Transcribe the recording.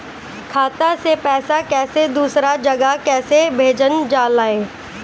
खाता से पैसा कैसे दूसरा जगह कैसे भेजल जा ले?